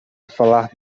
falar